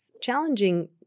Challenging